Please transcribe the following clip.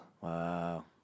Wow